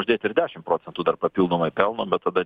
uždėt ir dešim procentų dar papildomai pelno bet tada